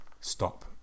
stop